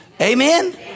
Amen